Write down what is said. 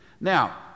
now